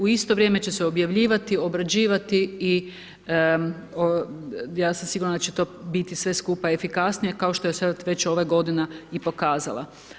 U isto vrijeme će se objavljivati, obrađivati i ja sam sigurna da će to biti sve skupa efikasnije kao što je sad već ova godina i pokazala.